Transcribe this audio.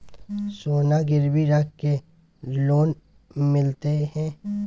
सोना गिरवी रख के लोन मिलते है?